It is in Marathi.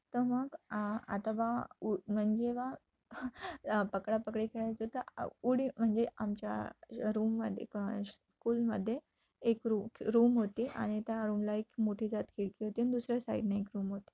तर मग आ आता बा उ म्हणजे बा पकडापकडी खेळायचो तर उडी म्हणजे आमच्या रूममध्ये क स्कूलमध्ये एक रू रूम होती आणि त्या रूमला एक मोठीजात खिडकी होती आणि दुसऱ्या साईडने एक रूम होती